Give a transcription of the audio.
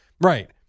Right